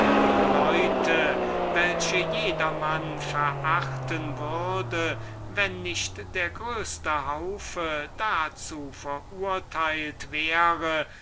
leute welche jedermann verachten würde wenn nicht der größeste haufen dazu verurteilt wäre